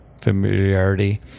familiarity